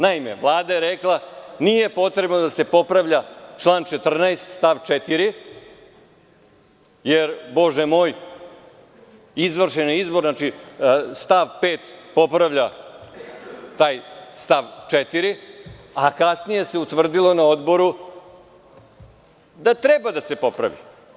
Naime, Vlada je rekla – nije potrebno da se popravlja član 14. stav 4. jer, Bože moj, izvršen je izbor, znači stav 5. popravlja taj stav 4, a kasnije se utvrdilo na Odboru da treba da se popravi.